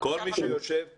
כל מי שיושב כאן,